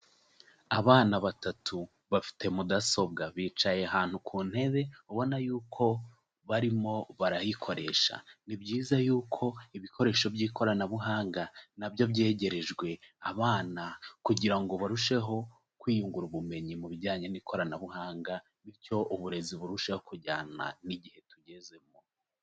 Abana batatu bafite mudasobwa, bicaye ahantu ku ntebe ubona yuko barimo barayikoresha, ni byiza yuko ibikoresho by'ikoranabuhanga na byo byegerejwe abana kugira ngo barusheho kwiyungura ubumenyi mu bijyanye n'ikoranabuhanga, bityo uburezi burusheho kujyana n'igihe tugezemo.